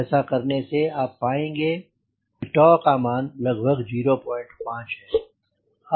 ऐसा करने से आप पाएंगे कि का मान लगभग 05 है